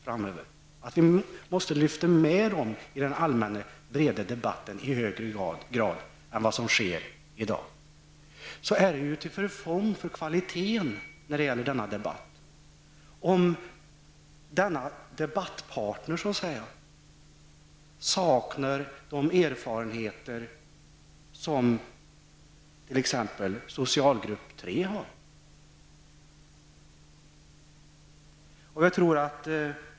Vi måste i högre grad lyfta fram dessa människor i den allmänna debatten än vad som sker i dag. Det är till förfång för kvaliteten när det gäller denna debatt om debattpartnern saknar de erfarenheter som t.ex. socialgrupp 3 har.